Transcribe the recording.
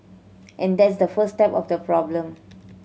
and that's the first step of the problem